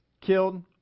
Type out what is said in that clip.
killed